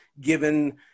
given